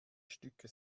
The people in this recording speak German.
stücke